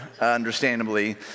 understandably